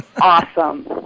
Awesome